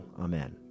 Amen